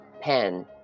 pen